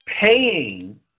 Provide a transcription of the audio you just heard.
paying